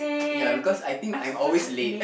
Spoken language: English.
ya because I think I'm always late